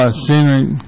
scenery